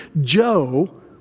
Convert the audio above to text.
Joe